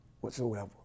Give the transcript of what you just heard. whatsoever